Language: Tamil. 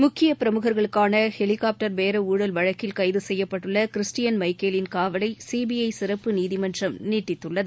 முக்கிய பிரமுக்களுக்கான ஹெலிகாப்டர் பேர ஊழல் வழக்கில் கைது செய்யப்பட்டுள்ள கிறிஸ்டியன் மைக்கேலின் காவலை சிபிஐ சிறப்பு நீதிமன்றம் நீட்டித்துள்ளது